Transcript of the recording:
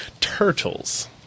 Turtles